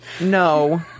no